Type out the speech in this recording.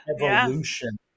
evolution